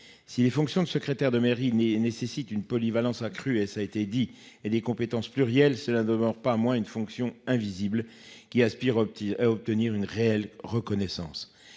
Si les fonctions de secrétaire de mairie ni nécessite une polyvalence accrue et ça a été dit et des compétences plurielle cela demeure pas moins une fonction invisible qui Aspire au petit à obtenir une réelle reconnaissance